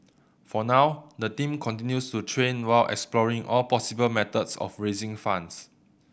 for now the team continues to train while exploring all possible methods of raising funds